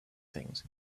things